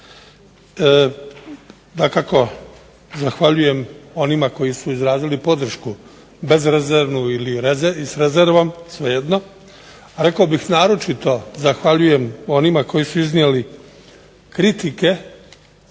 Dakako, zahvaljujem onima koji su izrazili podršku bezrezervnu ili s rezervom, svejedno. Rekao bih naročito zahvaljujem onima koji su iznijeli kritike